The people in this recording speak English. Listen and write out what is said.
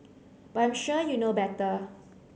but I'm sure you know better